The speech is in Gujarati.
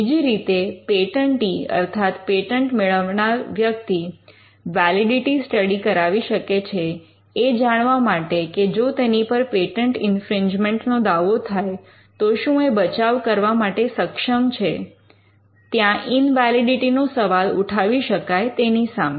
બીજી રીતે પેટન્ટી અર્થાત પેટન્ટ મેળવનાર વ્યક્તિ વૅલિડિટિ સ્ટડી કરાવી શકે છે એ જાણવા માટે કે જો તેની પર પેટન્ટ ઇન્ફ્રિંજમેન્ટ નો દાવો થાય તો શું એ બચાવ કરવા માટે સક્ષમ છે ત્યાં ઇન્વૅલિડિટી નો સવાલ ઉઠાવી શકાય તેની સામે